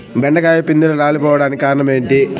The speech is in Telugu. బెండకాయ పిందెలు రాలిపోవడానికి కారణం ఏంటి?